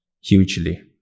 hugely